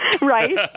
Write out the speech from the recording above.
Right